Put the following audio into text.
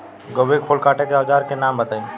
गोभी के फूल काटे के औज़ार के नाम बताई?